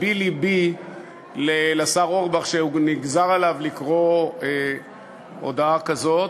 לבי לבי על השר אורבך שנגזר עליו לקרוא הודעה כזאת.